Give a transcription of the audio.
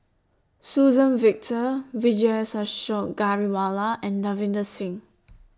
Suzann Victor Vijesh Ashok Ghariwala and Davinder Singh